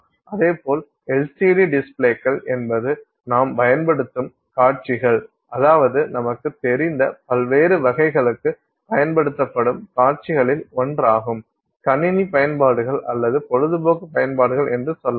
அதேபோல் LCD டிஸ்ப்ளேக்கள் என்பது நாம் பயன்படுத்தும் காட்சிகள் அதாவது நமக்குத் தெரிந்த பல்வேறு வகைகளுக்கு பயன்படுத்தும் காட்சிகளில் ஒன்றாகும் கணினி பயன்பாடுகள் அல்லது பொழுதுபோக்கு பயன்பாடுகள் என்று சொல்லலாம்